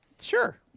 Sure